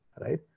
right